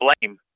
blame